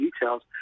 details